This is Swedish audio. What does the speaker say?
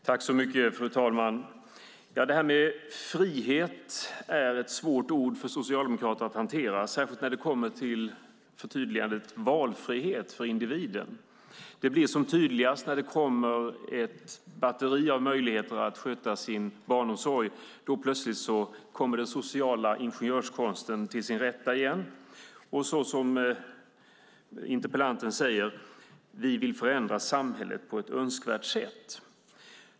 Fru talman! "Frihet" är ett svårt ord för socialdemokrater att hantera, särskilt när det kommer till förtydligandet "valfrihet för individen". Det blir som tydligast när det kommer ett batteri av möjligheter att sköta sin barnomsorg. Då plötsligt kommer den sociala ingenjörskonsten till sin rätt igen, och som interpellanten säger: Vi vill förändra samhället på ett önskvärt sätt.